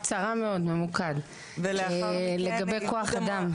לגבי כוח-אדם,